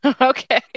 Okay